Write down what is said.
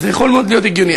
אז זה מאוד יכול להיות הגיוני.